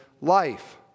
life